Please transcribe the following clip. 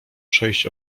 przejść